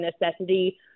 necessity